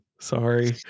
Sorry